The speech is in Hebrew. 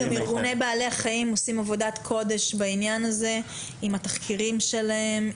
גם ארגוני בעלי החיים עושים עבודת קודש בעניין הזה עם התחקירים שלהם,